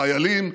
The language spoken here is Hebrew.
חיילים,